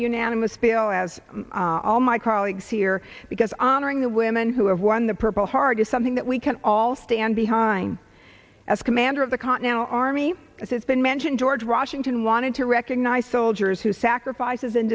unanimous feel as all my colleagues here because honoring the women who have won the purple heart is something that we can all stand behind as commander of the continental army as has been mentioned george washington wanted to recognize soldiers who sacrifices